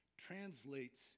translates